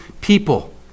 people